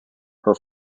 her